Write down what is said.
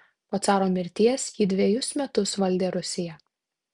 po caro mirties ji dvejus metus valdė rusiją